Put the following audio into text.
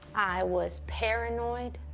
i was paranoid.